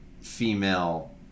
female